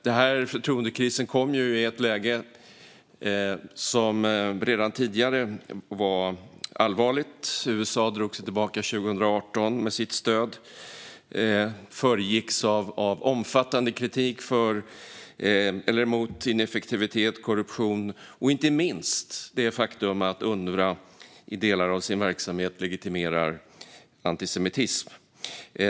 Den här förtroendekrisen kom i ett läge som redan tidigare var allvarligt. USA drog tillbaka sitt stöd 2018. Det föregicks av omfattande kritik mot ineffektivitet, korruption och inte minst det faktum att Unrwa i delar av sin verksamhet legitimerar antisemitism.